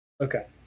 Okay